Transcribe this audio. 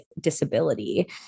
disability